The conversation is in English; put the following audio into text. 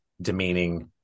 demeaning